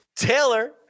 Taylor